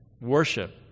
worship